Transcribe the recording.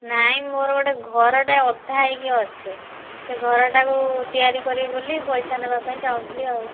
ନାଇଁ ମୋର ଗୋଟେ ଘରଟା ଅଧା ହୋଇକି ଅଛି ସେ ଘରଟାକୁ ତିଆରି କରିବି ବୋଲି ପଇସା ନେବାକୁ ଚାହୁଁଥିଲି ଆଉ